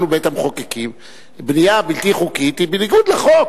אנחנו בית-המחוקקים; בנייה בלתי חוקית היא בניגוד לחוק.